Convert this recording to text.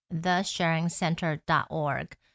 thesharingcenter.org